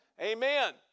Amen